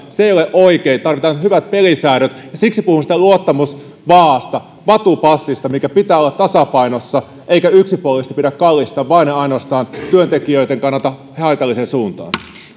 se ei ole oikein tarvitaan hyvät pelisäännöt ja siksi puhun siitä luottamusvaaasta vatupassista minkä pitää olla tasapainossa eikä yksipuolisesti pidä kallistaa vain ja ainoastaan työntekijöiden kannalta haitalliseen suuntaan